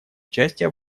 участие